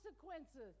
consequences